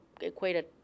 equated